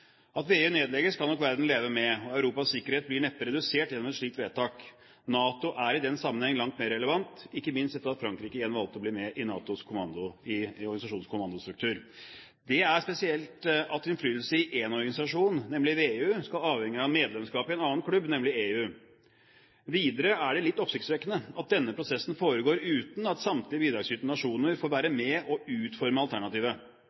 At VEU nedlegges, kan nok verden leve med, og Europas sikkerhet blir neppe redusert gjennom et slikt vedtak. NATO er i den sammenheng langt mer relevant, ikke minst etter at Frankrike igjen valgte å bli med i NATOs kommandostruktur. Det er spesielt at innflytelse i én organisasjon, nemlig VEU, skal avhenge av medlemskap i annen klubb, nemlig EU. Videre er det litt oppsiktsvekkende at denne prosessen foregår uten at samtlige bidragsytende nasjoner får være med og utforme alternativet.